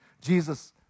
Jesus